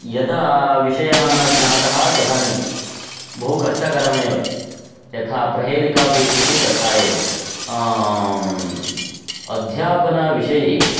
यदा विषयः न ज्ञातः तदानीं बहुकष्टकरमेव यथा प्रहेलिका भविष्यति तथा एव अध्यापनविषये